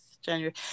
January